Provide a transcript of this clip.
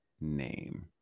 name